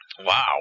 Wow